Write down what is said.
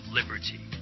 Liberty